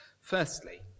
Firstly